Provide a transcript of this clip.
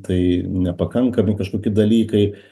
tai nepakankami kažkoki dalykai